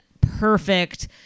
perfect